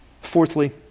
Fourthly